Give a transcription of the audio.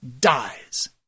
dies